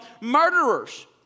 murderers